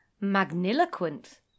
magniloquent